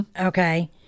Okay